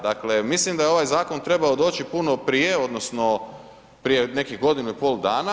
Dakle, mislim da je ovaj zakon trebao doći puno prije odnosno prije nekih godinu i pol dana.